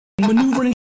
maneuvering